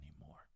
anymore